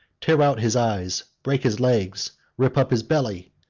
tear out his eyes, break his legs, rip up his belly.